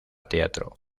teatro